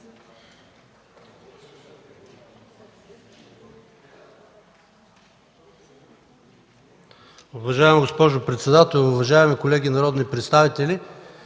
Уважаема госпожо председател, уважаеми народни представители!